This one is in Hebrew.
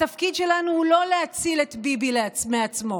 התפקיד שלנו הוא לא להציל את ביבי מעצמו.